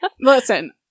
Listen